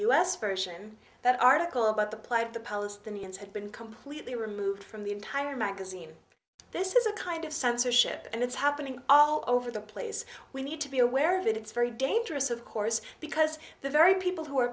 u s version that article about the plight of the palestinians had been completely removed from the entire magazine this is a kind of censorship and it's happening all over the place we need to be aware of it it's very dangerous of course because the very people who are